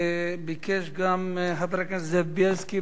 ביקש גם חבר הכנסת זאב בילסקי, בבקשה.